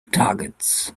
targets